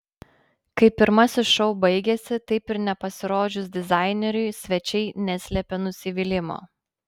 kai pirmasis šou baigėsi taip ir nepasirodžius dizaineriui svečiai neslėpė nusivylimo